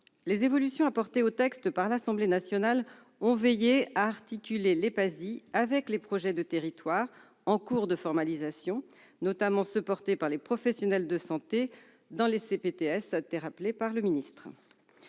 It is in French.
les évolutions apportées au texte par l'Assemblée nationale ont permis d'articuler les PASI avec les projets de territoire en cours de formalisation, notamment ceux qui sont portés par les professionnels de santé dans les CPTS, comme l'a rappelé M. le secrétaire